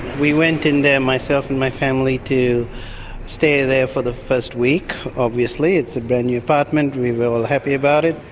we went in there myself and my family to stay there for the first week. obviously it's a brand new apartment, we were all happy about it.